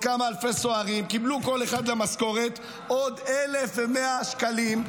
ועוד כמה אלפי סוהרים קיבלו כל אחד למשכורת עוד 1,100 שקלים,